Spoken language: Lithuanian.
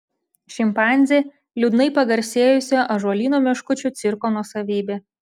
šimpanzė liūdnai pagarsėjusio ąžuolyno meškučių cirko nuosavybė